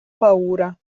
paura